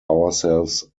ourselves